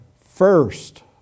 first